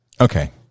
okay